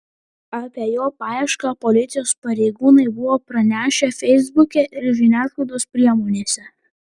apie jo paiešką policijos pareigūnai buvo pranešę feisbuke ir žiniasklaidos priemonėse